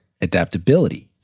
adaptability